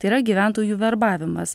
tai yra gyventojų verbavimas